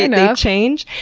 you know change?